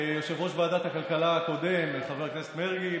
ליושב-ראש ועדת כלכלה הקודם חבר הכנסת מרגי,